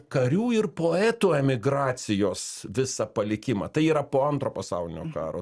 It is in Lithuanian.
karių ir poetų emigracijos visą palikimą tai yra po antro pasaulinio karo